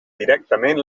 directament